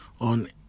on